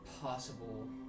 possible